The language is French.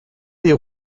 des